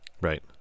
Right